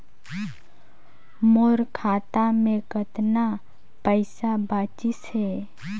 मोर खाता मे कतना पइसा बाचिस हे?